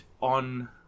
on